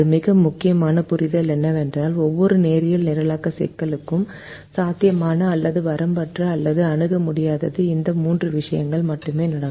மிக முக்கியமான புரிதல் என்னவென்றால் ஒவ்வொரு நேரியல் நிரலாக்க சிக்கலும் சாத்தியமான அல்லது வரம்பற்ற அல்லது அணுக முடியாதது இந்த மூன்று விஷயங்கள் மட்டுமே நடக்கும்